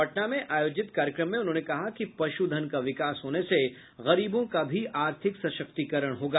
पटना में आयोजित कार्यक्रम में उन्होंने कहा कि पश्धन का विकास होने से गरीबों का भी आर्थिक सशक्तीकरण होगा